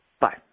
bye